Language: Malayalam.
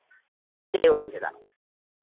ജൈവവളം ചെയ്താൽ മതി